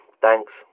Thanks